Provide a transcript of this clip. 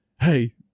hey